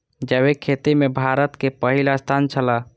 जैविक खेती में भारत के पहिल स्थान छला